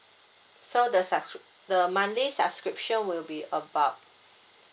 so the subscrip~ the monthly subscription will be about